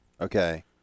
Okay